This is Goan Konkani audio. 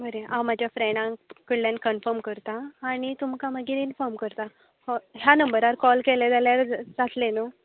बरें हांव म्हाज्या फ्रेण्डा कडल्यान कनफर्म करतां आनी तुमका मागीर इनफोर्म करता हो ह्या नंबरार कोल केले जाल्यार जातलें न्हू